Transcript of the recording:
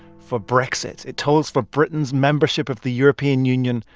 for brexit. it tolls for britain's membership of the european union,